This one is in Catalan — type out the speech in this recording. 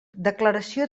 declaració